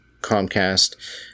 Comcast